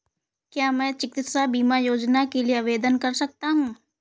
क्या मैं चिकित्सा बीमा योजना के लिए आवेदन कर सकता हूँ?